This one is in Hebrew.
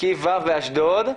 מקיף ו' באשדוד.